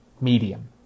medium